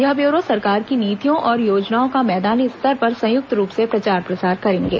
यह ब्यूरो सरकार की नीतियों और योजनाओं का मैदानी स्तर पर संयुक्त रूप से प्रचार प्रसार करेंगे